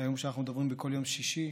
היום, כשאנחנו מדברים בכל יום שישי,